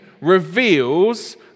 reveals